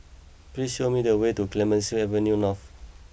please show me the way to Clemenceau Avenue North